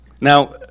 Now